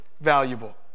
valuable